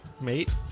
Mate